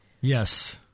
Yes